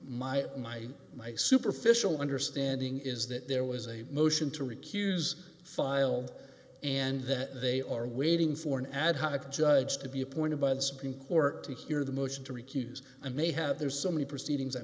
my my my superficial understanding is that there was a motion to recuse filed and that they are waiting for an ad hoc judge to be appointed by the supreme court to hear the motion to recuse and may have there's so many proceedings i